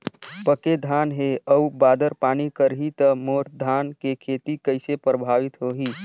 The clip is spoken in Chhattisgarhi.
पके धान हे अउ बादर पानी करही त मोर धान के खेती कइसे प्रभावित होही?